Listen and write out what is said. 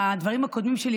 בדברים הקודמים שלי,